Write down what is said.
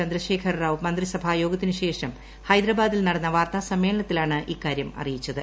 ചന്ദ്രശേഖർറാവു മന്ത്രിസഭായോഗത്തിനു ശേഷം ഹൈദരാബാദിൽ നടന്ന വാർത്താസമ്മേളനത്തിലാണ് ഇക്കാര്യം അറിയിച്ചത്